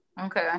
okay